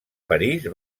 parís